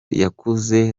yakuze